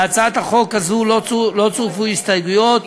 להצעת החוק הזו לא צורפו הסתייגויות.